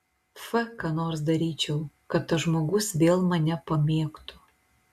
f ką nors daryčiau kad tas žmogus vėl mane pamėgtų